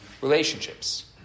relationships